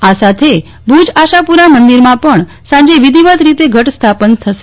આ સાથે ભુજ આશાપુરા મંદિરમાં પણ સાંજે વિધિવત રીતે ઘટ સ્થાપન થશે